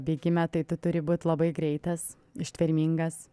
bėgime tai tu turi būt labai greitas ištvermingas